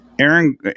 Aaron